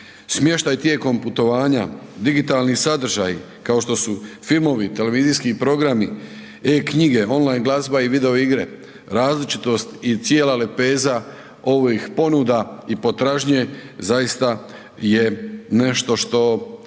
smještaj tijekom putovanja, digitalni sadržaji, kao što su filmovi, televizijski programi, e-Knjige, online glazba i videoigre, različitost i cijela lepeza ovih ponuda i potražnje zaista je nešto što